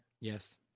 Yes